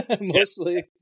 mostly